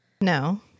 No